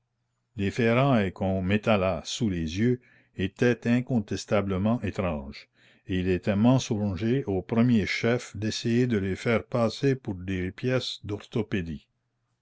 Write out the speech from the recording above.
les ferrailles qu'on m'étala sous les yeux étaient incontestablement étranges et il était mensonger au premier chef d'essayer de les faire passer pour des pièces d'orthopédie